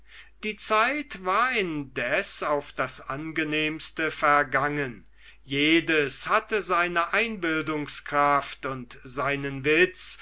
die zeit war indes auf das angenehmste vergangen jedes hatte seine einbildungskraft und seinen witz